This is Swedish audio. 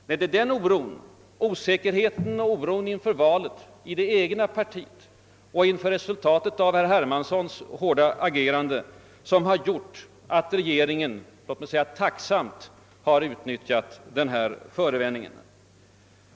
Det är osäkerheten och oron i det egna partiet inför valet och inför resultatet av herr Hermanssons hårda agerande som har föranlett regeringen att tacksamt utnyttja den erbjudna förevändningen.